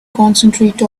concentrate